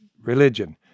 Religion